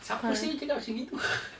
siapa seh cakap macam gitu